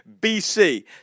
BC